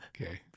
okay